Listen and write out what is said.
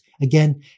again